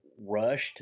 rushed